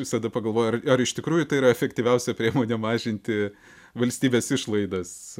visada pagalvoju ar ar iš tikrųjų tai yra efektyviausia priemonė mažinti valstybės išlaidas